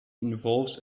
involves